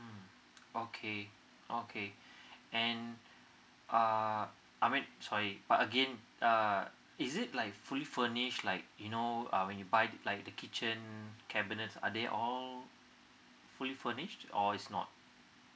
okay okay and uh I mean sorry but again uh is it like fully furnished like you know uh when you buy like the kitchen cabinets are they all fully furnished or it's not